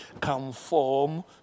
conform